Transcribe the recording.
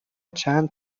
چند